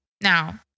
Now